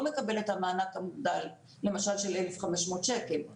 מקבל את המענק המוגדל למשל של 1,500 שקל לדוגמה.